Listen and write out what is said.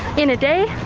in a day.